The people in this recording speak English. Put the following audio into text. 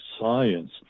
science